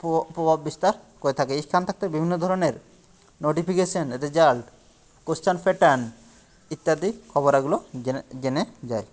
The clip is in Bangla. প্রভাব বিস্তার করে থাকে এই স্থান থাকতে বিভিন্ন ধরণের নোটিফিকেশান রেজাল্ট কোশ্চেন প্যাটার্ন ইত্যাদি খবরগুলো জেনে যায়